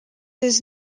does